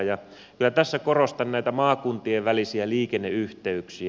vielä tässä korostan näitä maakuntien välisiä liikenneyhteyksiä